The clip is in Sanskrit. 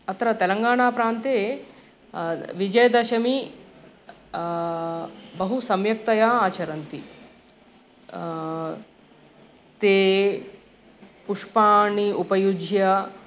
अत्र तेलङ्गाणाप्रान्ते विजयादशमी बहु सम्यक्तया आचरन्ति ते पुष्पाणि उपयुज्य